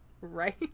Right